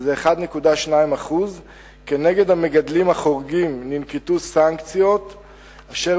שזה 1.2%. כנגד המגדלים החורגים ננקטו סנקציות אשר